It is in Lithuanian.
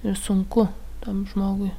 ir sunku tam žmogui